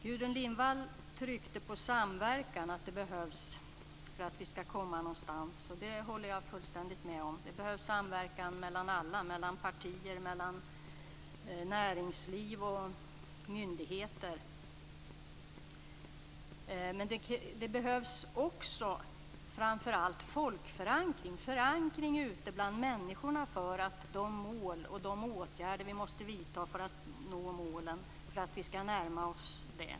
Gudrun Lindvall tryckte på behovet av samverkan för att vi skall komma någonstans, och det håller jag fullständigt med om. Det behövs samverkan mellan alla - mellan partier, näringsliv och myndigheter. Men det behövs också framför allt folkförankring, en förankring ute bland människor av målen och de åtgärder vi måste vidta för att närma oss dem.